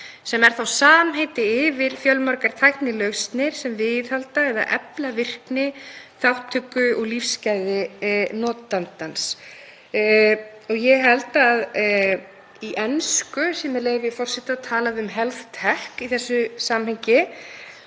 Það er samheiti yfir fjölmargar tæknilausnir sem viðhalda eða efla virkni, þátttöku og lífsgæði notandans. Ég held að í ensku, með leyfi forseta, sé talað um „healthtech“ í þessu samhengi.